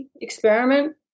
experiment